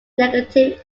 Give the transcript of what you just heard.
negative